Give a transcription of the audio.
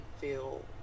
feel